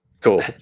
cool